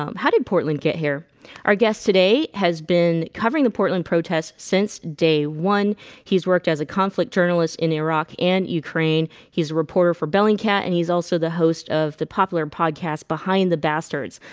um how did portland get here our guest today has been covering the portland protest since day one he's worked as a conflict journalist in iraq and ukraine he's a reporter for bellingcat and he's also the host of the popular podcast behind the bastards.